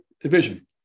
division